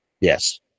Yes